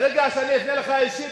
ברגע שאני אפנה אליך אישית,